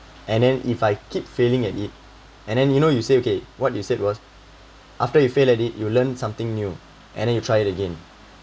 and then if I keep failing at it and then you know you say okay what you said was after you failed at it you learn something new and then you try it again